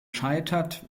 scheitert